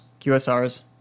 QSRs